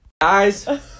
Guys